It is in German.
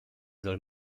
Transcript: soll